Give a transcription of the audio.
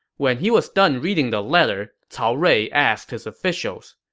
when he was done reading the letter, cao rui asked his officials,